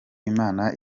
imana